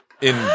in-